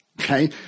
Okay